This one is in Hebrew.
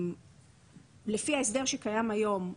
לפי ההסדר שקיים היום,